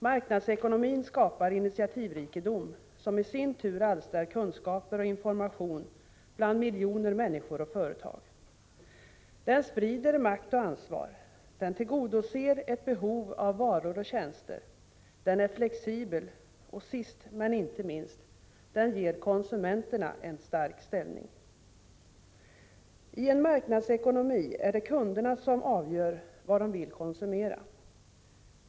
Marknadsekonomin skapar initiativrikedom, som i sin tur alstrar kunskaper och information bland miljoner människor och företag. Den sprider makt och ansvar, den tillgodoser ett behov av varor och tjänster, den är flexibel och — sist men inte minst — den ger konsumenterna en stark ställning. I en marknadsekonomi är det kunderna som själva avgör vad de vill konsumera.